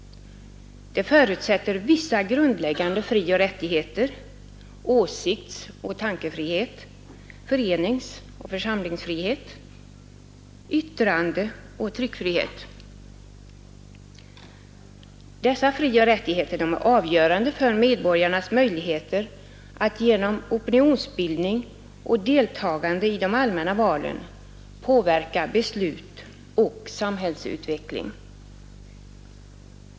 Det förutsätter vissa grundläggande frioch rättigheter, åsiktsoch tankefrihet, föreningsoch församlingsfrihet samt yttrandeoch tryckfrihet. Dessa frioch rättigheter är avgörande för medborgarnas möjligheter att genom opinionsbildning och deltagande i de allmänna valen påverka beslut och samhällsutveckling.